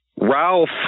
Ralph